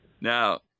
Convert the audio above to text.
Now